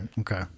Okay